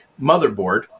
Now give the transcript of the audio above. motherboard